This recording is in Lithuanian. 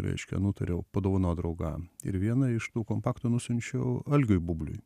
reiškia nutariau padovanot draugam ir vieną iš tų kompaktų nusiunčiau algiui bubliui